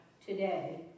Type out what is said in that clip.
today